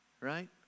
right